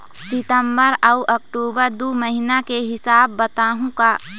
सितंबर अऊ अक्टूबर दू महीना के हिसाब बताहुं का?